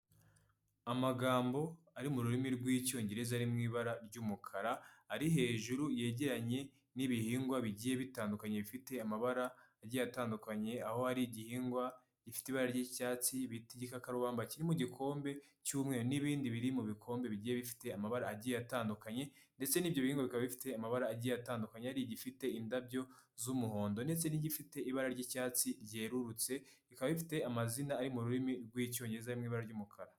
Amagambo ari mu rurimi rw'icyongereza ari mu ibara ry'umukara ari hejuru yegeranye n'ibihingwa bigiye bitandukanye bifite amabara agiye atandukanye aho ari igihingwa gifite ibara ry’icyatsi bita igikakarubamba kiri mu igikombe cy'umweru n'ibindi biri mu bikombe bigiye bifite amabara agiye atandukanye ndetse n'ibyo bihingwa bikaba bifite amabara agiye atandukanye ari igifite indabyo z'umuhondo ndetse n'igifite ibara ry'icyatsi ryerurutse bikaba bifite amazina ari mu rurimi rw'icyongereza mu ibara ry'umukara.